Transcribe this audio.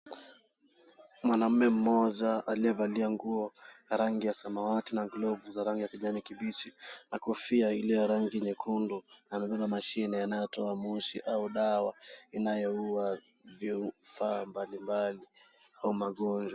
Mwanamume mmoja aliyevalia nguo ya rangi ya samawati na glovu za rangi ya kijani na kibichi na kofia ile ya rangi nyekundu, amebeba mashine yanayotoa moshi au dawa inayoua vifaa mbalimbali ya magonjwa.